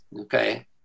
Okay